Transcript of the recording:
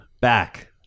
Back